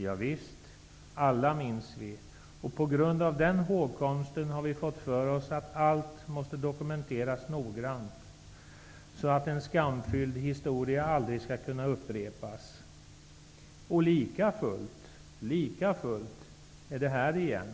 Ja visst, alla minns vi, och på grund av den hågkomsten har vi fått för oss att allt noggrant måste dokumenteras så att en skamfylld historia aldrig skall kunna upprepas. Likafullt är den här igen.